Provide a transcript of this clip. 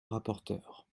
rapporteur